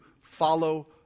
follow